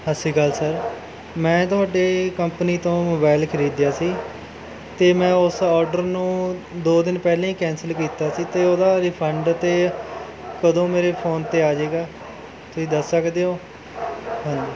ਸਤਿ ਸ਼੍ਰੀ ਅਕਾਲ ਸਰ ਮੈਂ ਤੁਹਾਡੇ ਕੰਪਨੀ ਤੋਂ ਮੋਬਾਈਲ ਖਰੀਦਿਆ ਸੀ ਅਤੇ ਮੈਂ ਉਸ ਆਰਡਰ ਨੂੰ ਦੋ ਦਿਨ ਪਹਿਲਾਂ ਹੀ ਕੈਂਸਲ ਕੀਤਾ ਸੀ ਅਤੇ ਉਹਦਾ ਰਿਫੰਡ ਅਤੇ ਕਦੋਂ ਮੇਰੇ ਫ਼ੋਨ 'ਤੇ ਆ ਜਾਵੇਗਾ ਤੁਸੀਂ ਦੱਸ ਸਕਦੇ ਹੋ ਹਾਂਜੀ